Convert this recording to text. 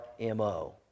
MO